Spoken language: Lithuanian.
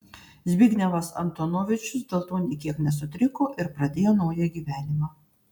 zbignevas antonovičius dėl to nė kiek nesutriko ir pradėjo naują gyvenimą